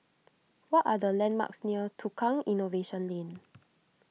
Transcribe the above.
what are the landmarks near Tukang Innovation Lane